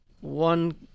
One